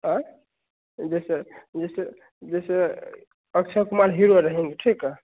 हाँ जैसे जैसे जैसे अक्षय कुमार हीरो रहेंगे ठीक है